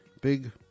big